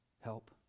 help